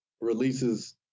releases